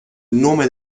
nome